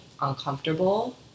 uncomfortable